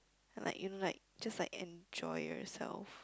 like in like just like enjoy yourself